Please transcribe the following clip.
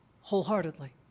wholeheartedly